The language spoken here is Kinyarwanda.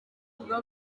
ivuga